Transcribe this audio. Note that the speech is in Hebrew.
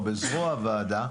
או בזרוע העבודה,